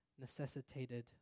necessitated